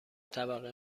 طبقه